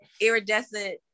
Iridescent